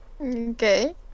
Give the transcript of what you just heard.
Okay